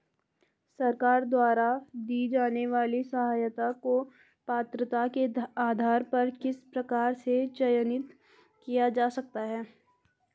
सरकार द्वारा दी जाने वाली सहायता को पात्रता के आधार पर किस प्रकार से चयनित किया जा सकता है?